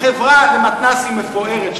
חברה למתנ"סים מפוארת,